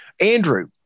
Andrew